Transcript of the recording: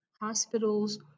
hospitals